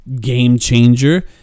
game-changer